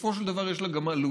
שבסופו של דבר יש לה גם עלויות,